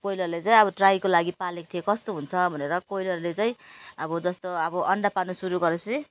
कोइलरले चाहिँ अब ट्राइको लागि पालेको थिएँ कस्तो हुन्छ भनेर कोइलरले चाहिँ अब जस्तो अब अन्डा पाल्नु सुरु गरे पछि